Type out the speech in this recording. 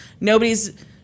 Nobody's